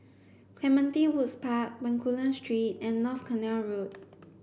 Clementi Woods Park Bencoolen Street and North Canal Road